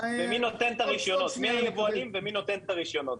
ומי נותן את הרישיונות?